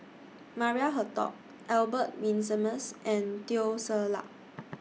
Maria Hertogh Albert Winsemius and Teo Ser Luck